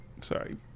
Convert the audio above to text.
Sorry